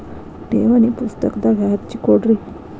ಠೇವಣಿ ಪುಸ್ತಕದಾಗ ಹಚ್ಚಿ ಕೊಡ್ರಿ